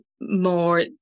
more